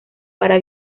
para